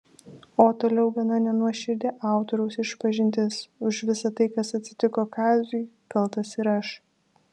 o toliau gana nenuoširdi autoriaus išpažintis už visa tai kas atsitiko kaziui kaltas ir aš